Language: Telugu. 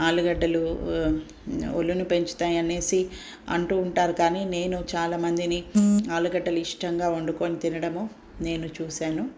ఆలుగడ్డలు ఒళ్లుని పెంచుతాయనేసి అంటూ ఉంటారు కానీ నేను చాలా మందిని ఆలుగడ్డలు ఇష్టంగా వండుకొని తినడము నేను చూసాను